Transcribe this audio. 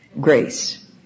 grace